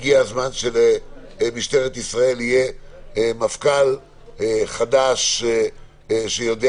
הגיע הזמן שלמשטרת ישראל יהיה מפכ"ל חדש שיודע